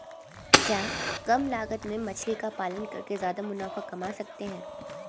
क्या कम लागत में मछली का पालन करके ज्यादा मुनाफा कमा सकते हैं?